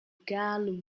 karl